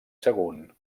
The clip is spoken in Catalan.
sagunt